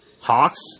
Hawks